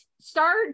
start